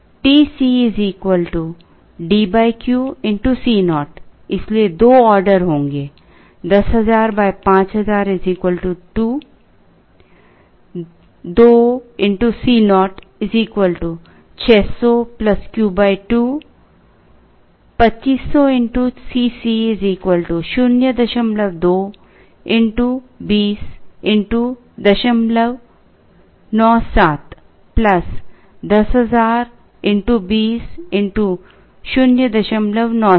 TC D Q Co इसलिए दो order होंगे 10000 5000 2 2 Co 600 Q 2 2500 x C c 02 x 20 x 097 10000 x 20 x 097